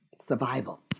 survival